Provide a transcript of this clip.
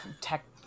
tech